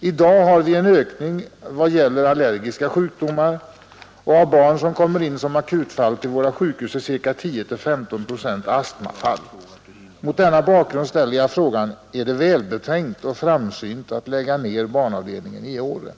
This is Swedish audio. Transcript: I dag har vi en ökning vad gäller allergiska sjukdomar. Av barn som kommer in som akutfall till våra sjukhus är ca 10—15 procent astmafall. Mot denna bakgrund ställer jag frågan: Är det välbetänkt och framsynt att lägga ned barnavdelningen i Åre?